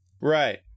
Right